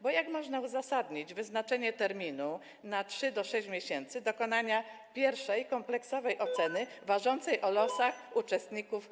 Bo jak można uzasadnić wyznaczenie terminu od 3 do 6 miesięcy na dokonanie pierwszej kompleksowej oceny ważącej o losach uczestników.